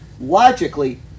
logically